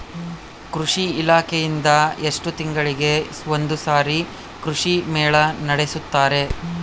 ಕೃಷಿ ಇಲಾಖೆಯಿಂದ ಎಷ್ಟು ತಿಂಗಳಿಗೆ ಒಂದುಸಾರಿ ಕೃಷಿ ಮೇಳ ನಡೆಸುತ್ತಾರೆ?